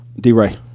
D-Ray